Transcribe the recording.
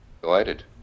delighted